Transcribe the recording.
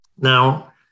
Now